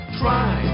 try